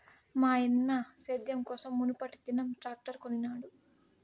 మాయన్న సేద్యం కోసం మునుపటిదినం ట్రాక్టర్ కొనినాడు